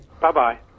Bye-bye